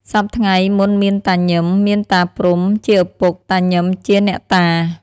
សព្វថ្ងៃមុនមានតាញឹម មានតាព្រំុជាឪពុក តាញឹមជាអ្នកតា។